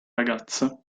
ragazza